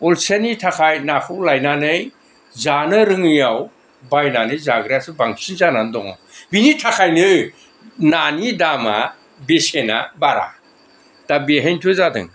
अलसियानि थाखाय नाखौ लायनानै जानो रोङैआव बायनानै जाग्रायासो बांसिन जानानै दं बिनि थाखायनो नानि दामा बेसेना बारा दा बेहायनोथ' जादों